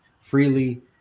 freely